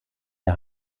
der